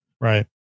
Right